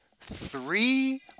three